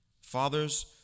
Fathers